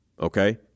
okay